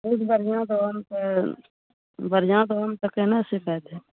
दूध बढ़ियाँ देबहऽ ने तऽ बढ़ियाँ देबहऽ ने तऽ केहने शिकाइत हेतऽ